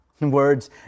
Words